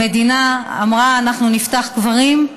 המדינה אמרה: אנחנו נפתח קברים,